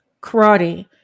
karate